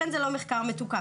לכן זהו לא מחקר מתוקף,